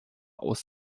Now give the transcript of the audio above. aus